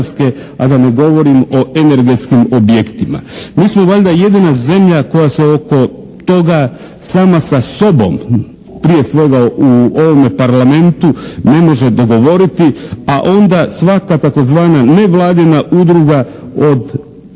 a da ne govorim o energetskim objektima. Mi smo valjda jedina zemlja koja se oko toga sama sa sobom prije svega u ovome Parlamentu ne može dogovoriti, a onda svaka tzv. nevladina udruga uz